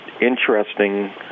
interesting